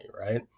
right